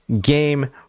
game